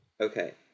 Okay